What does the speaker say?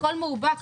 הכול מאובק,